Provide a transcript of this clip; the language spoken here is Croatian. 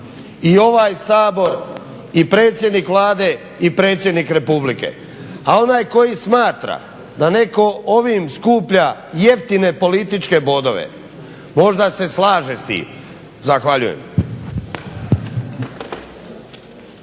i ovaj Sabor i predsjednik Vlade i predsjednik Republike. A onaj koji smatra da netko ovim skuplja jeftine političke bodove možda se slaže s tim. Zahvaljujem